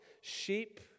sheep